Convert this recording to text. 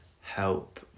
help